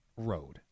Road